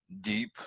deep